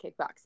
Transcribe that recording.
kickboxing